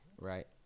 right